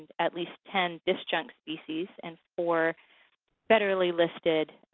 at least ten disjunct species, and four federally listed